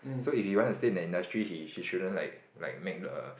so if you wanna stay in the industry he he shouldn't like like make the